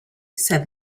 said